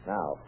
Now